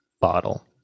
bottle